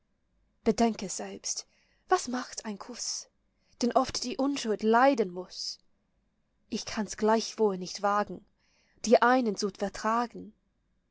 selbst was macht ein kuß den oft die unschuld leiden muß ich kann's gleichwohl nicht wagen dir einen zu vertragen